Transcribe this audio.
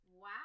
Wow